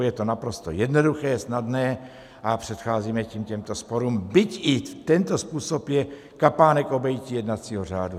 Je to naprosto jednoduché, snadné a předcházíme tím těmto sporům, byť i tento způsob je kapánek obejití jednacího řádu.